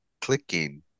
clicking